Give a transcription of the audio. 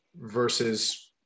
versus